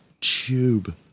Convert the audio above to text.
Tube